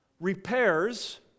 repairs